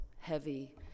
heavy